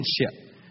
relationship